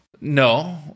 No